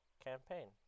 campaign